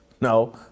No